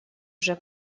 уже